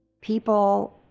People